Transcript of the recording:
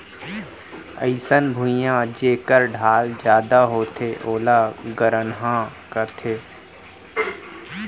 अइसन भुइयां जेकर ढाल जादा होथे ओला गरनहॉं कथें